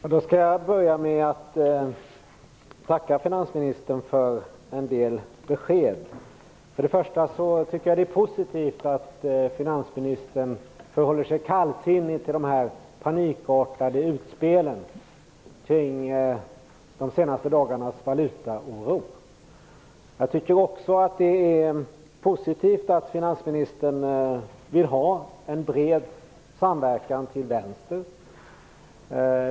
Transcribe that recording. Herr talman! Jag skall börja med att tacka finansministern för en del besked. För det första tycker jag att det är positivt att finansministern förhåller sig kallsinnig till de panikartade utspelen kring de senaste dagarnas valutaoro. Jag tycker också att det är positivt att finansministern vill ha en bred samverkan till vänster.